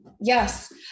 Yes